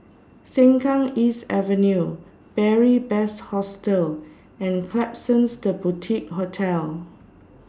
Sengkang East Avenue Beary Best Hostel and Klapsons The Boutique Hotel